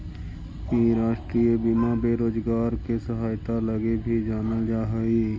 इ राष्ट्रीय बीमा बेरोजगार के सहायता लगी भी जानल जा हई